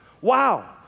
Wow